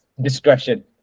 discretion